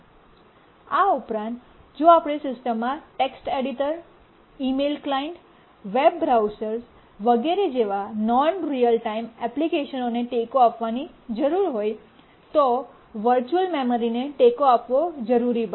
આ ઉપરાંત જો આપણી સિસ્ટમમાં text editor email client web browsers વગેરે જેવા નોન રીઅલ ટાઇમ એપ્લિકેશનોને ટેકો આપવાની જરૂર હોય તો વર્ચુઅલ મેમરીને ટેકો આપવો જરૂરી બને છે